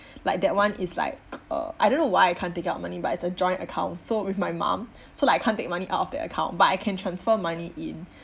like that one is like uh I don't know why I can't take out money but it's a joint account so with my mum so like I can't take money out of that account but I can transfer money in